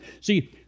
See